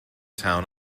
town